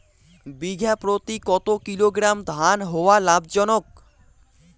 বিঘা প্রতি কতো কিলোগ্রাম ধান হওয়া লাভজনক?